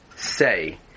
Say